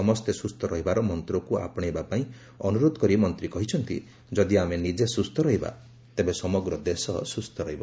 ସମସ୍ତେ ସୁସ୍ଥ ରହିବାର ମନ୍ତ୍ରକୁ ଆପଶେଇବା ପାଇଁ ଅନୁରୋଧ କରି ମନ୍ତ୍ରୀ କହିଛନ୍ତି ଯଦି ଆମେ ନିଜେ ସୁସ୍ଥ ରହିବା ତେବେ ସମଗ୍ର ଦେଶ ସୁସ୍ଥ ରହିବ